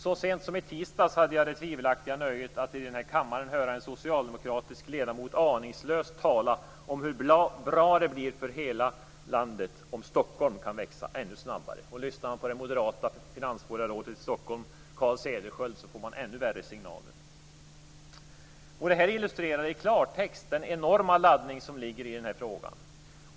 Så sent som i tisdags hade jag det tvivelaktiga nöjet att i den här kammaren höra en socialdemokratisk ledamot aningslöst tala om hur bra det blir för hela landet om Stockholm kan växa ännu snabbare. Lyssnar man på det moderata finansborgarrådet i Stockholm Carl Cederschiöld får man ännu värre signaler. Detta illustrerar i klartext den enorma laddning som ligger i den här frågan.